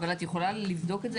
אבל את יכולה לבדוק את זה?